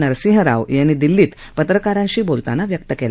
नरसिंह राव यांनी दिल्लीत पत्रकारांशी बोलताना व्यक्त केला